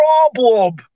problem